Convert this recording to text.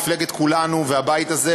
מפלגת כולנו והבית הזה,